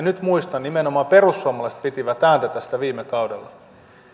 nyt muistan että nimenomaan perussuomalaiset pitivät ääntä tästä viime kaudella